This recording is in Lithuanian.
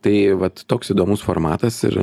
tai vat toks įdomus formatas ir